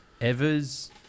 Evers